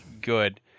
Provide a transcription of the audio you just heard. good